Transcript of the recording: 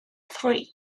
three